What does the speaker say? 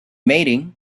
mating